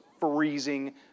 freezing